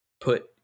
put